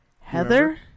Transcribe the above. Heather